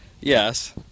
Yes